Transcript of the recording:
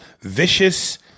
Vicious